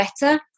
better